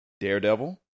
Daredevil